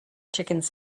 chickens